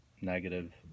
negative